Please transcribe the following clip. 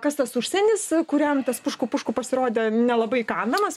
kas tas užsienis kuriam tas pušku pušku pasirodė nelabai įkandamas